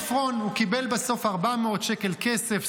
עפרון קיבל בסוף 400 שקל כסף,